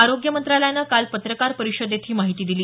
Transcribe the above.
आरोग्य मंत्रालयानं काल पत्रकार परिषदऐत ही माहिती दिली